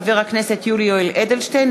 חבר הכנסת יולי יואל אדלשטיין,